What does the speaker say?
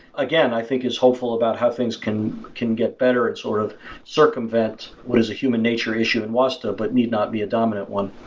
again, i think is hopeful about how things can can get better and sort of circumvent what is a human nature issue in wasta but need not be a dominant one.